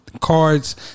cards